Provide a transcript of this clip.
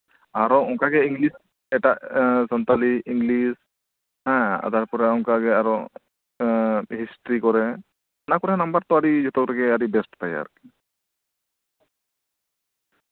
ᱟᱨᱚ ᱚᱱᱠᱟ ᱜᱮ ᱤᱝᱞᱤᱥ ᱮᱴᱟᱜ ᱥᱟᱱᱛᱟᱲᱤ ᱤᱝᱞᱤᱥ ᱦᱮᱸ ᱛᱟᱨᱯᱚᱨᱮ ᱚᱱᱠᱟ ᱜᱮ ᱟᱨᱦᱚᱸ ᱮᱸᱜ ᱦᱤᱥᱴᱨᱤ ᱠᱚᱨᱮᱫ ᱚᱱᱟ ᱠᱚᱨᱮᱫ ᱦᱚᱸ ᱱᱟᱢᱵᱟᱨ ᱫᱚ ᱟᱹᱰᱤ ᱡᱚᱛᱚ ᱨᱮᱜᱮ ᱟᱹᱰᱤ ᱵᱮᱥ ᱛᱟᱭᱟ ᱟᱨᱠᱤ